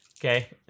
Okay